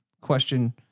question